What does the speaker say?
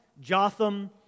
Jotham